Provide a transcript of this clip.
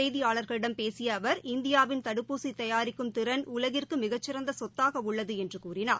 செய்தியாளர்களிடம் பேசிய அவர் இந்தியாவின் தடுப்பூசி தயாரிக்கும் திறன் உலகிற்கு மிகச்சிறந்த சொத்தாக உள்ளது என்று கூறினார்